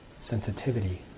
sensitivity